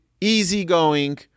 easygoing